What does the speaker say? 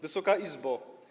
Wysoka Izbo!